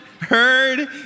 heard